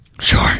Sure